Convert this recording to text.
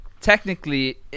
technically